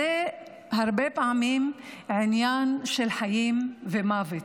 זה הרבה פעמים עניין של חיים ומוות.